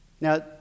Now